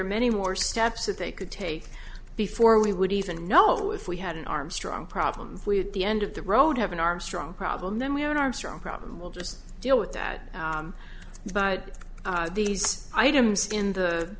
are many more steps that they could take before we would even know if we had an armstrong problems we at the end of the road have an armstrong problem then we have an armstrong problem we'll just deal with that but these items in the